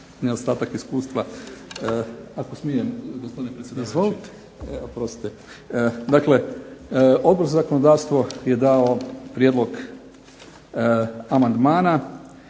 Odbor za zakonodavstvo je dao prijedlog amandmana